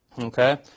okay